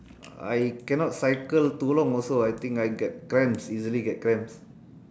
I cannot cycle too long also I think I get cramps easily get cramps